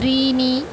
त्रीणि